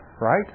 right